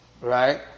Right